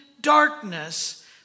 darkness